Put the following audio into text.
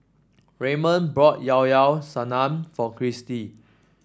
Raymond bought Llao Llao Sanum for Kristi